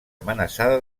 amenaçada